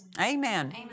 Amen